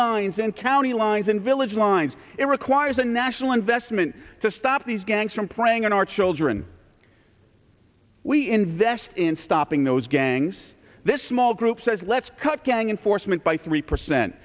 lines and county lines and village lines it requires a national investment to stop these gangs from preying on our children we invest in stopping those gangs this small group says let's cut gang and force meant by three percent